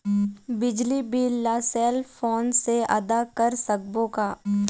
बिजली बिल ला cell phone से आदा कर सकबो का?